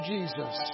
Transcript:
Jesus